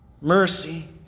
mercy